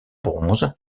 bronze